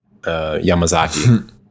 Yamazaki